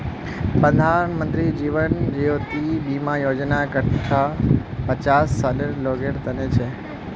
प्रधानमंत्री जीवन ज्योति बीमा योजना अठ्ठारह स पचास सालेर लोगेर तने छिके